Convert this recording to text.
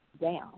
down